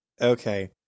Okay